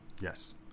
yes